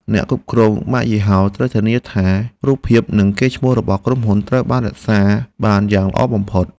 អ្នកគ្រប់គ្រងម៉ាកយីហោត្រូវធានាថា រូបភាពនិងកេរ្តិ៍ឈ្មោះរបស់ក្រុមហ៊ុនត្រូវបានរក្សាបានយ៉ាងល្អបំផុត។